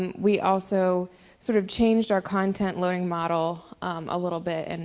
and we also sort of changed our content loading model a little bit. and